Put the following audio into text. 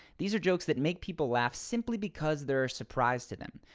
these are jokes that make people laugh simply because they're surprised to them.